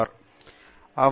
பேராசிரியர்